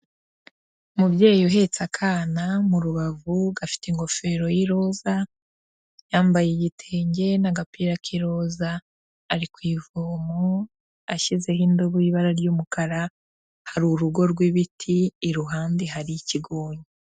Umubyeyi uhetse akana mu rubavu, gafite ingofero y'iroza, yambaye igitenge n'agapira k'iroza ari ku ivomo ashyizeho indobo y'ibara ry'umukara, hari urugo rw'ibiti iruhande hari ikigonyi.